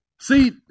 See